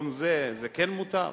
זה כן מותר?